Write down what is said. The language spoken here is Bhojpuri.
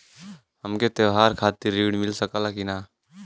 हमके त्योहार खातिर त्रण मिल सकला कि ना?